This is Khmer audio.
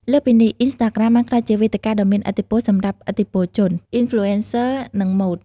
លើសពីនេះ អ៊ីនស្តាក្រាម បានក្លាយជា វេទិកាដ៏មានឥទ្ធិពលសម្រាប់ឥទ្ធិពលជន អ៊ីនហ្លូអេនសឺ និងម៉ូដ។